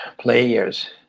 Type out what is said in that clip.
players